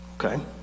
okay